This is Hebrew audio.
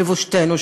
לבושתנו,